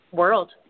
world